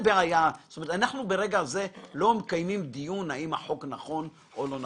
אנחנו לא מקיימים דיון אם החוק נכון או לא נכון.